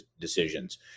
decisions